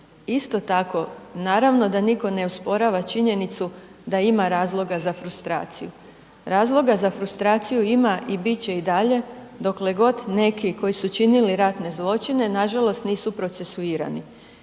Isto tako, naravno da nitko ne osporava činjenicu da ima razloga za frustraciju. Razloga za frustraciju ima i bit će i dalje dokle god neki koji su činili ratne zločine nažalost nisu procesuirani